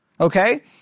Okay